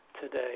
today